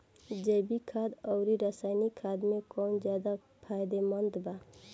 जैविक खाद आउर रसायनिक खाद मे कौन ज्यादा फायदेमंद बा?